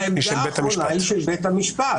העמדה האחרונה היא של בית המשפט.